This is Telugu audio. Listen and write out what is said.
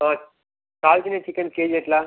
కాల్చిన చికెన్ కేజీ ఎట్లా